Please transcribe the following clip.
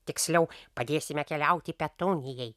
tiksliau padėsime keliauti petunijai